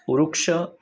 वृक्ष